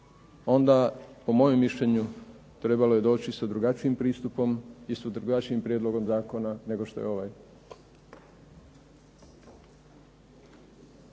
onda po mojem mišljenju trebalo je doći sa drugačijim pristupom i sa drugačijim prijedlogom zakona nego što je ovaj.